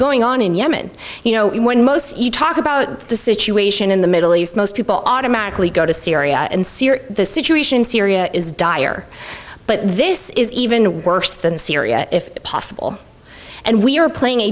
going on in yemen you know when most you talk about the situation in the middle east most people automatically go to syria and syria the situation in syria is dire but this is even worse than syria if possible and we are playing a